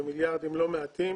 במיליארדים לא מעטים,